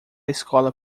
escola